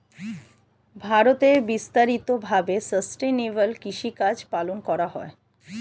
ভারতে বিস্তারিত ভাবে সাসটেইনেবল কৃষিকাজ পালন করা হয়